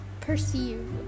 perceive